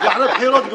זה אחרי הבחירות כבר.